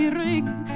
rigs